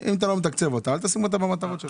אם אתה לא מתקצב אותה אל תשים אותה במטרות שלך.